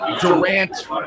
Durant